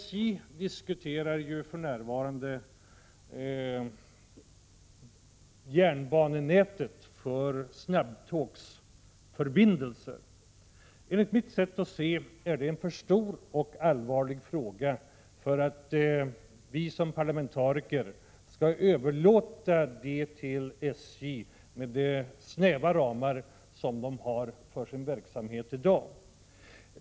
SJ diskuterar ju för närvarande järnbanenätet för snabbtågsförbindelser. Enligt mitt sätt att se är det en för stor och allvarlig fråga för att vi som parlamentariker skall överlåta den till SJ med de snäva ramar som man där har för sin verksamhet i dag.